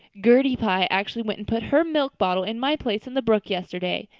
gertie pye actually went and put her milk bottle in my place in the brook yesterday.